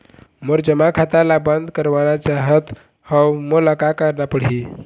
मोर जमा खाता ला बंद करवाना चाहत हव मोला का करना पड़ही?